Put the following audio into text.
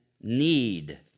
need